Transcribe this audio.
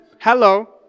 hello